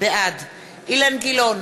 בעד אילן גילאון,